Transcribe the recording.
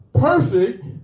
perfect